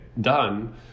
done